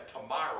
tomorrow